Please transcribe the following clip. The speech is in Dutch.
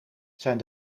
zijn